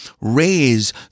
raise